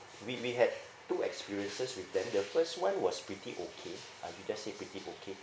we we had two experiences with them the first one was pretty okay um just say pretty okay